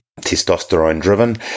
testosterone-driven